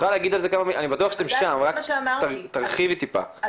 זה מה שאמרתי, מה